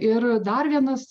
ir dar vienas